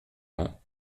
cohérent